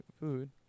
food